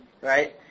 Right